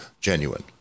genuine